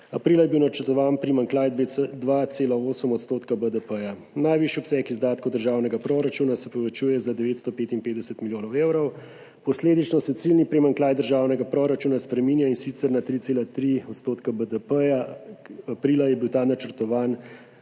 Aprila je bil načrtovan primanjkljaj 2,8 % BDP. Najvišji obseg izdatkov državnega proračuna se povečuje za 955 milijonov evrov, posledično se ciljni primanjkljaj državnega proračuna spreminja, in sicer na 3,3 % BDP, aprila je bil ta načrtovan